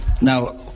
Now